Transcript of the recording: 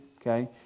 okay